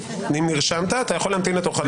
אם נרשמת, אתה יכול להמתין לתורך לדבר.